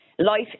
Life